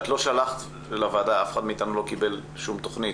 את לא שלחת לוועדה ואף אחד מאיתנו לא קיבל שום תוכנית.